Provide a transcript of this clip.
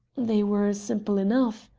they were simple enough,